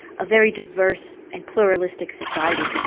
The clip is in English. a very diverse and pluralistic society.